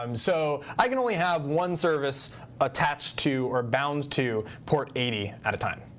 um so i can only have one service attached to or bound to port eighty at a time.